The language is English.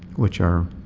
which are